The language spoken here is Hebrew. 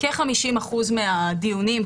כ-50% מהדיונים,